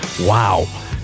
Wow